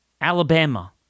Alabama